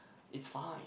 it's fine